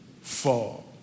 fall